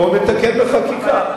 בואו נתקן בחקיקה.